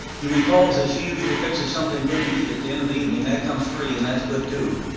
he recalls that she usually fixes something good to eat at the end of the evening, that comes free and that's good too.